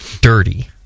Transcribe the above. dirty